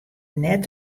net